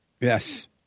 Yes